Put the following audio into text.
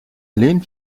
lehnt